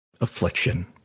affliction